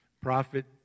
prophet